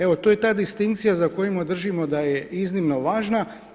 Evo to je ta distinkcija za koju držimo da je iznimno važna.